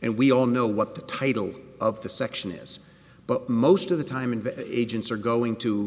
and we all know what the title of the section is but most of the time in the agents are going to